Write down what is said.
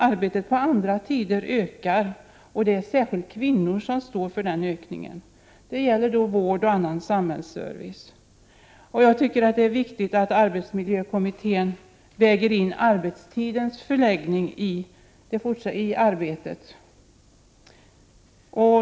Arbetet på andra tider ökar, och det är särskilt kvinnors arbete som står för den ökningen. Det gäller vård och annan samhällsservice. Jag tycker att det är viktigt att arbetsmiljökommissionen väger in arbetstidens förläggning i arbetet.